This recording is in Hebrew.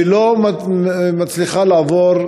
ולא מצליחה לעבור,